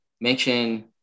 mention